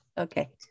okay